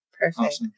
Perfect